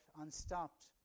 unstopped